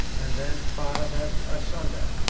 and then parted us asunder.